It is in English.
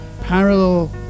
parallel